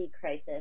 crisis